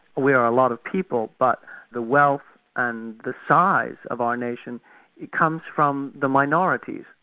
we're a lot of people, but the wealth and the size of our nation comes from the minorities.